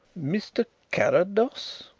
mr. carrados?